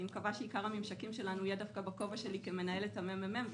אני מקווה שעיקר הממשקים שלנו יהיה בכובע שלי כמנהלת הממ"מ,